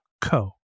co